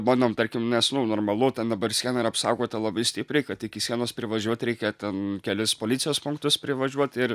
bandom tarkim nes nu normalu ten dabar siena yra apsaugota labai stipriai kad iki sienos privažiuot reikia ten kelis policijos punktus privažiuot ir